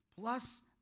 plus